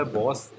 boss